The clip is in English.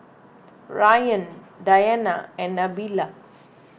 Ryan Dayana and Nabila